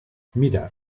mira